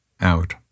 out